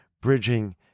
bridging